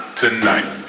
tonight